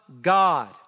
God